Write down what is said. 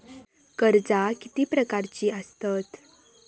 कर्जा किती प्रकारची आसतत